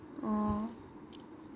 orh